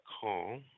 call